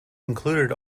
included